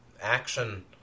action